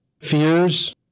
fears